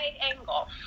angle